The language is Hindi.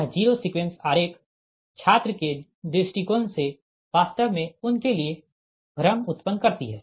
यह जीरो सीक्वेंस आरेख छात्र के दृष्टिकोण से वास्तव में उनके लिए भ्रम उत्पन्न करती है